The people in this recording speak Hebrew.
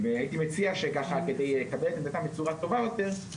אני מציע לפנות לאפיק הזה כדי לקבל את עמדתם בצורה טובה יותר.